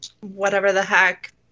whatever-the-heck